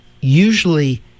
usually